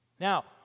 Now